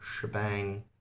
shebang